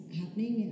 happening